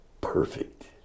perfect